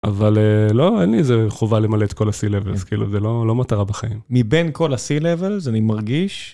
אבל לא, אין לי איזה חובה למלא את כל ה-C-Levels, כאילו זה לא מטרה בחיים. מבין כל ה-C-Levels, אני מרגיש.